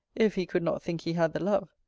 if he could not think he had the love.